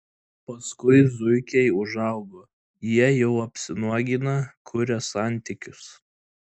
paskui zuikiai užaugo jie jau apsinuogina kuria santykius